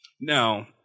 Now